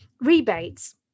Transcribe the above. rebates